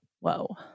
Whoa